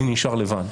אני נשאר לבד.